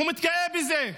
הוא מתגאה בזה.